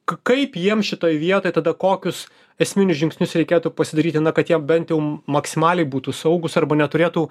k kaip jiems šitoj vietoj tada kokius esminius žingsnius reikėtų pasidaryti kad jie bent jau maksimaliai būtų saugūs arba neturėtų